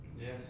Yes